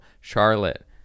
Charlotte